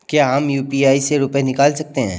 क्या हम यू.पी.आई से रुपये निकाल सकते हैं?